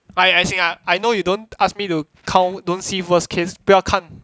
I as in I know you don't ask me to count don't see worst case 不要看